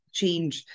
change